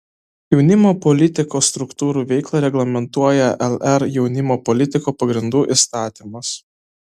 jaunimo politikos struktūrų veiklą reglamentuoja lr jaunimo politikos pagrindų įstatymas